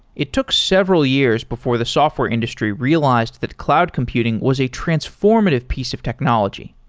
it took several years before the software industry realized that cloud computing was a transformative piece of technology.